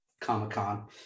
Comic-Con